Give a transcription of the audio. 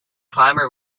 climber